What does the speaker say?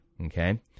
Okay